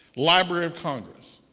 library of congress.